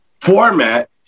format